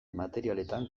materialetan